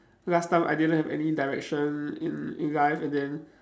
last time I didn't have any direction in in life and then